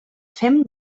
fem